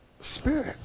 spirit